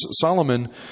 Solomon